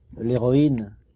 l'héroïne